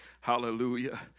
Hallelujah